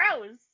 gross